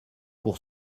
pour